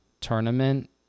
tournament